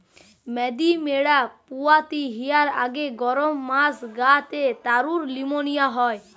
মাদি ম্যাড়া পুয়াতি হিয়ার আগে গরম মাস গা তে তারুর লম নিয়া হয়